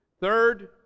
Third